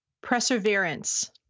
Perseverance